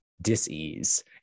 dis-ease